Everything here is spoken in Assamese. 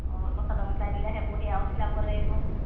অঁ আকৌ চাদৰ মেখেলা দিলে হে সেই আকৌ সেই আৰু চিলাব লাগিব